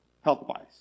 health-wise